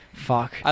Fuck